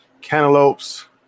Cantaloupes